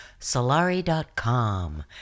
Solari.com